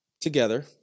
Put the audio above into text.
together